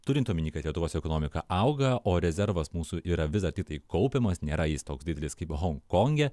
turint omeny kad lietuvos ekonomika auga o rezervas mūsų yra vis dar tiktai kaupiamas nėra jis toks didelis kaip honkonge